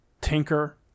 tinker